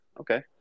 okay